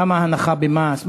כמה הנחה במס?